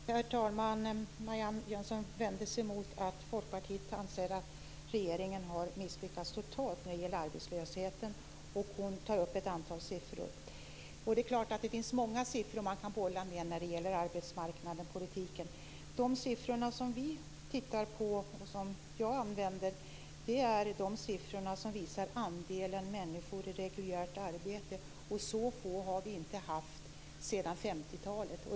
Herr talman! Marianne Jönsson vände sig mot att Folkpartiet anser att regeringen har misslyckats totalt vad det gäller arbetslösheten. Hon tar upp ett antal siffror. Det är klart att det finns många siffror man kan bolla med när det gäller arbetsmarknadspolitiken. De siffror vi tittar på och som jag använder är de siffror som visar andelen människor i reguljärt arbete. Så få har det inte varit sedan 50-talet.